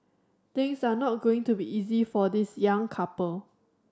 things are not going to be easy for this young couple